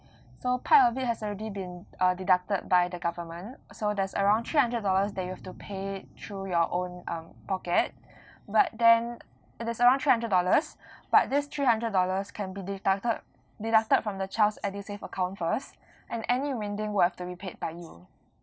so part of it has already been uh deducted by the government so that's around three hundred dollars that you have to pay through your own um pocket but then that's around three hundred dollars but this three hundred dollars can be deducted deducted from the child's edusave account first and any remaining will have to be paid by you